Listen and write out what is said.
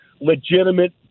legitimate